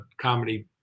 comedy